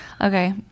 Okay